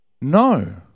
No